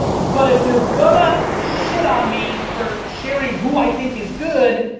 but if you're gonna shit on me for sharing who i think is good,